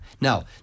Now